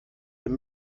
dem